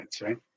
right